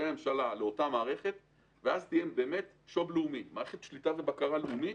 הממשלה לאותה מערכת שליטה ובקרה לאומית.